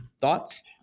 thoughts